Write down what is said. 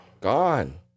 Gone